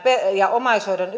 ja omaishoidon